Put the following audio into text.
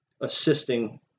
assisting